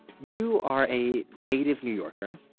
you are a native new yorker,